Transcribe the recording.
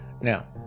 Now